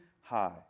high